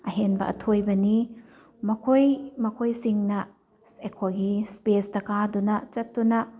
ꯑꯍꯦꯟꯕ ꯑꯊꯣꯏꯕꯅꯤ ꯃꯈꯣꯏ ꯃꯈꯣꯏꯁꯤꯡꯅ ꯑꯩꯈꯣꯏꯒꯤ ꯁ꯭ꯄꯦꯁꯇ ꯀꯥꯗꯨꯅ ꯆꯠꯇꯨꯅ